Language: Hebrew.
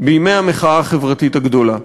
בימי המחאה החברתית הגדולה,